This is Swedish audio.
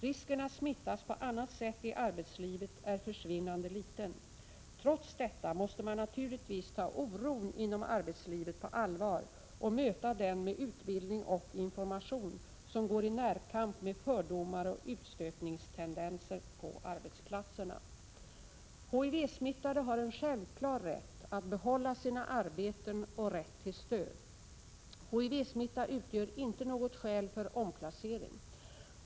Risken att smittas på annat sätt i arbetslivet är försvinnande liten. Trots detta måste man naturligtvis ta oron inom arbetslivet på allvar och möta den med utbildning och information, som går i närkamp med fördomar och utstötningstendenser på arbetsplatserna. HIV-smittade har en självklar rätt att behålla sina arbeten och rätt till stöd. HIV-smitta utgör inte något skäl för omplacering.